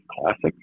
Classic